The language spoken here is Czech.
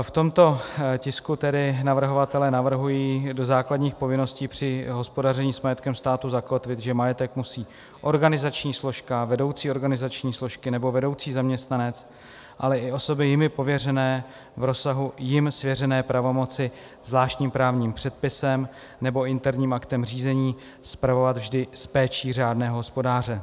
V tomto tisku tedy navrhovatelé navrhují do základních povinností při hospodaření s majetkem státu zakotvit, že majetek musí organizační složka, vedoucí organizační složky nebo vedoucí zaměstnanec, ale i osoby jimi pověřené v rozsahu jim svěřené pravomoci zvláštním právním předpisem nebo interním aktem řízení spravovat vždy s péčí řádného hospodáře.